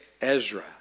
Ezra